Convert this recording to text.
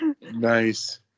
nice